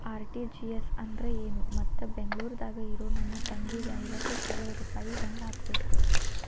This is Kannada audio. ಆರ್.ಟಿ.ಜಿ.ಎಸ್ ಅಂದ್ರ ಏನು ಮತ್ತ ಬೆಂಗಳೂರದಾಗ್ ಇರೋ ನನ್ನ ತಂಗಿಗೆ ಐವತ್ತು ಸಾವಿರ ರೂಪಾಯಿ ಹೆಂಗ್ ಹಾಕಬೇಕು?